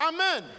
Amen